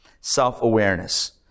Self-awareness